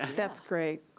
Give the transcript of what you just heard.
that's great.